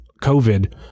COVID